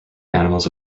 animals